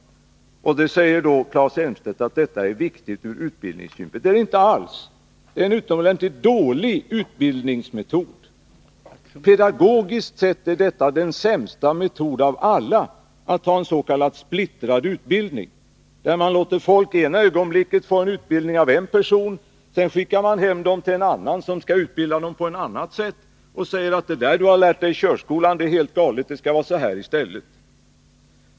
Detta säger Claes Elmstedt är viktigt i utbildningssyfte. Det är det inte alls. Det är en utomordentligt dålig utbildningsmetod. Pedagogiskt sett är ens.k. splittrad utbildning den sämsta metoden av alla. Ena ögonblicket låter man folk få utbildning av en person, sedan skickar man hem dem till en annan person som skall fortsätta utbildningen på ett annat sätt — som säger att det du harlärt digi körskolan är helt galet, det skall vara så här i stället.